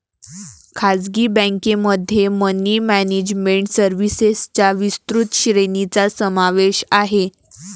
खासगी बँकेमध्ये money management सर्व्हिसेसच्या विस्तृत श्रेणीचा समावेश आहे